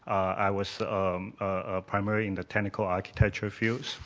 i was a primary in the technical architecture fields.